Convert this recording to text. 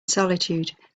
solitude